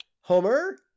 Homer